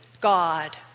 God